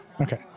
Okay